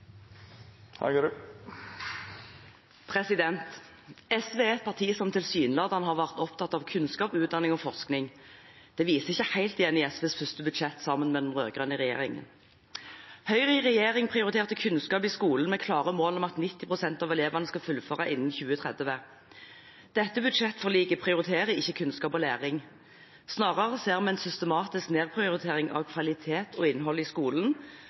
et parti som tilsynelatende har vært opptatt av kunnskap, utdanning og forskning. Det vises ikke helt igjen i SVs første budsjett sammen med den rød-grønne regjeringen. Høyre i regjering prioriterte kunnskap i skolen med klare mål om at 90 pst. av elevene skal fullføre innen 2030. Dette budsjettforliket prioriterer ikke kunnskap og læring. Snarere ser vi en systematisk nedprioritering av kvalitet og innhold i skolen,